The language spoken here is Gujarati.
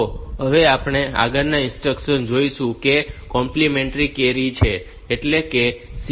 તો હવે આપણે જે આગળની ઇન્સ્ટ્રક્શન જોઈશું તે કોમ્પ્લિમેન્ટ્રી કેરી છે એટલે કે તે CMC છે